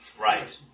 Right